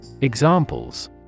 Examples